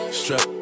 strap